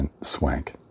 swank